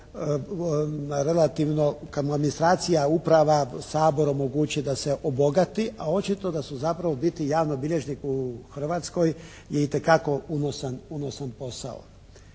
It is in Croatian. relativno kad mu administracija, uprava, Sabor omogući da se obogati, a očito da se zapravo biti javni bilježnik u Hrvatskoj itekako unosan posao.